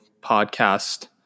podcast